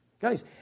Guys